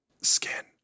Skin